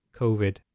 COVID